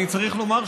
אני צריך לומר,